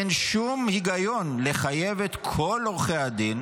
אין שום היגיון לחייב את כל עורכי הדין